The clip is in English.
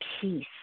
peace